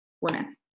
women